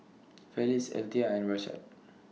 Felix Althea and Rashad